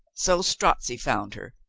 so strozzi found her.